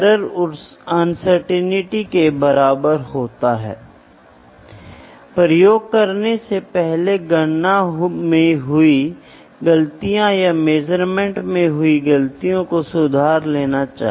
अगला एक पूरी तरह से विज्ञान और गणित पर काम कर रहा है आप करते हैं आप समस्या को सामान्य करते हैं और फिर आप एक समाधान के साथ बाहर आते हैं